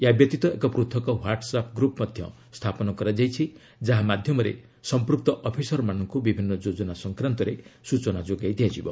ଏହାବ୍ୟତୀତ ଏକ ପୂଥକ ହ୍ୱାଟ୍ସ୍ ଆପ୍ ଗ୍ରପ୍ ମଧ୍ୟ ସ୍ଥାପନ କରାଯାଇଛି ଯାହା ମାଧ୍ୟମରେ ସମ୍ପୃକ୍ତ ଅଫିସରମାନଙ୍କୁ ବିଭିନ୍ନ ଯୋଜନା ସଂକ୍ରାନ୍ତରେ ସୂଚନା ଯୋଗାଇ ଦିଆଯିବ